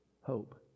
Hope